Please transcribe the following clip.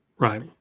Right